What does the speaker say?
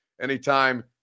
anytime